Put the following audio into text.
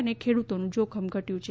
અને ખેડૂતોનું જોખમ ઘટ્યું છે